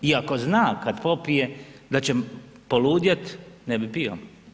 I ako zna, kad popije, da će poludjeti, ne bi pio.